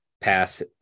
pass